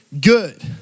good